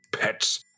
pets